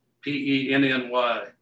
P-E-N-N-Y